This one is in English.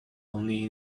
only